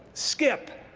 skip.